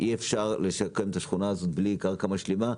אי אפשר לשקם את השכונה ללא קרקע משלימה.